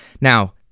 Now